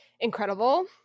Incredible